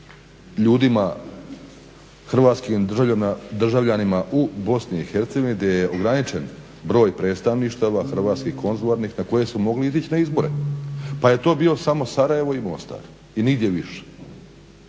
ljudima, Hrvatskim državljanima u Bosni i Hercegovini gdje je ograničen broj predstavništva, Hrvatskih konzularnih na koje su mogli izići na izbore, pa je to bio samo Sarajevo i Mostar i nigdje više.